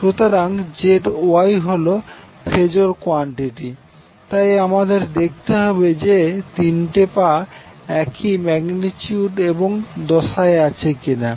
সুতরাং ZYহোল phasor quantity তাই আমাদের দেখতে হবে যে তিনটি পা একই ম্যাগ্নেটিউড এবং দশায় আছে কিনা